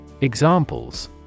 Examples